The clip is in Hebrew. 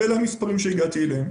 ואלה המספרים שהגעתי אליהם.